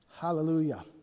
Hallelujah